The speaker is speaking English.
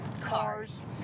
Cars